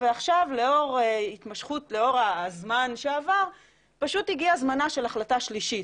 ועכשיו לאור הזמן שעבר פשוט הגיעה זמנה של החלטה שלישית.